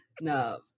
No